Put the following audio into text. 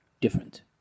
different